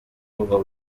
bwo